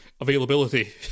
availability